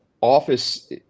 office